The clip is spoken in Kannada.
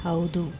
ಹೌದು